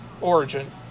origin